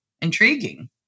intriguing